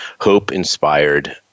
hope-inspired